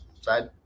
side